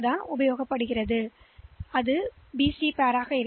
எனவே பதிவுசெய்யப்பட்ட பி மட்டும் தள்ளுங்கள் என்று சொல்ல முடியாது